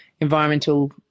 environmental